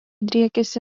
driekiasi